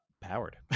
powered